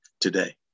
today